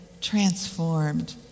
transformed